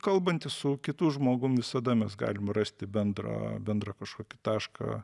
kalbantis su kitu žmogum visada mes galim rasti bendrą bendrą kažkokį tašką